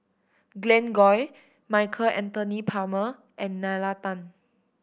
Glen Goei Michael Anthony Palmer and Nalla Tan